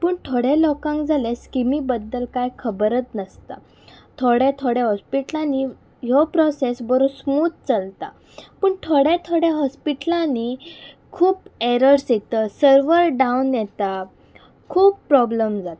पूण थोड्या लोकांक जाल्यार स्किमी बद्दल कांय खबरच नासता थोड्या थोड्या हॉस्पिटलांनी ह्यो प्रॉसॅस बरो स्मूथ चलता पूण थोड्या थोड्या हॉस्पिटलांनी खूब एरर्स येतता सर्वर डावन येता खूब प्रोब्लॅम जातात